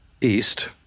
east